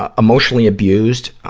ah emotionally abused, ah,